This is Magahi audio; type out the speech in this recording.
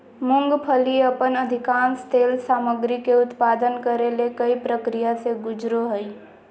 मूंगफली अपन अधिकांश तेल सामग्री के उत्पादन करे ले कई प्रक्रिया से गुजरो हइ